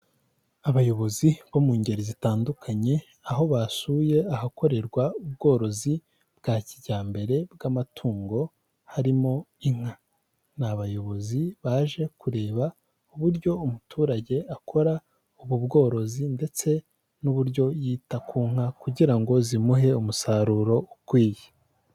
Abayobozi bo mu ngeri zitandukanye aho basuye ahakorerwa ubworozi bwa kijyambere bw'amatungo harimo inka. Ni abayobozi baje kureba uburyo umuturage akora ubu bworozi ndetse n'uburyo yita ku nka kugira ngo zimuhe umusaruro ukwiye.